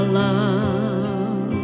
love